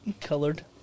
colored